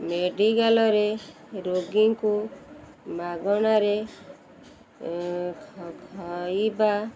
ମେଡ଼ିକାଲ୍ରେ ରୋଗୀଙ୍କୁ ମାଗଣାରେ ଖଇବା